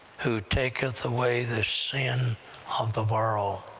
who taketh away the sin of the world.